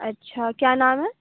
اچھا کیا نام ہے